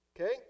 Okay